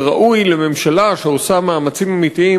וראוי לממשלה שעושה מאמצים אמיתיים,